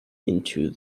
into